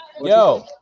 yo